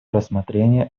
рассмотрения